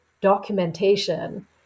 documentation